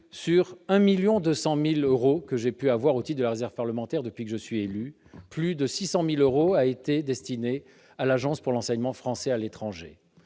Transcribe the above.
les 1, 2 million d'euros dont j'ai disposé au titre de la réserve parlementaire depuis que je suis élu, plus de 600 000 euros ont été destinés à l'Agence pour l'enseignement français à l'étranger,